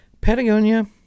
Patagonia